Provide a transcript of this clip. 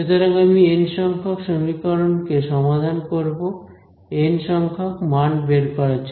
সুতরাং আমি এন সংখ্যক সমীকরণকে সমাধান করব এন সংখ্যক মান বের করার জন্য